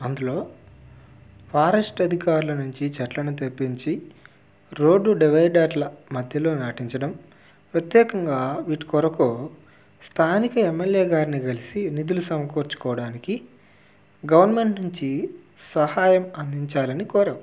అందులో ఫారెస్ట్ అధికారుల నుంచి చెట్లను తెప్పించి రోడ్డు డివైడర్ల మధ్యలో నాటించడం ప్రత్యేకంగా వీటి కొరకు స్థానిక ఎమ్ ఎల్ ఏ గారిని కలిసి నిధులు సమకూర్చుకోడానికి గవర్నమెంట్ నుంచి సహాయం అందించాలని కోరావ్